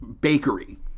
bakery